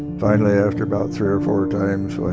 finally, after about three or four times, why,